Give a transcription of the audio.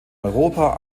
europa